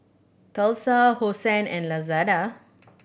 Tesla Hosen and Lazada